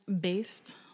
based